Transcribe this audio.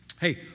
Hey